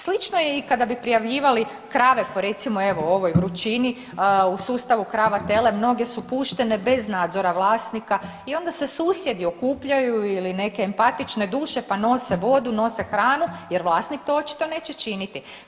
Slično je i kada bi prijavljivali krave, po recimo, ovoj vrućini u sustavu krava-tele, mnoge su puštene bez nadzora vlasnika i onda se susjedi okupljaju ili neke empatične duše pa nose vodu, nose hranu jer vlasnik to očito neće činiti.